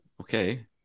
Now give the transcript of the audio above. Okay